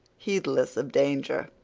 heedless of danger,